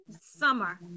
summer